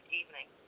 evening